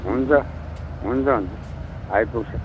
हुन्छ हुन्छ हुन्छ आइपुग्छ